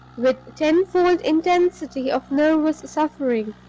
with tenfold intensity of nervous suffering,